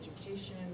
education